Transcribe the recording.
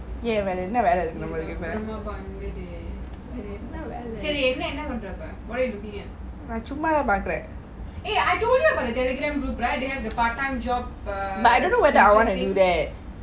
அயே இது அபிராம பண்ணுடி சேரி என்ன என்ன பண்ற இப்ப:aye ithu aprama pannudi seri enna enna panra ipa what are you looking at eh I told about the telegram group right the part time job